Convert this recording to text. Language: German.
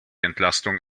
entlastung